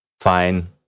fine